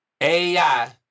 AI